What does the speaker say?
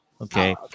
okay